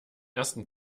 ersten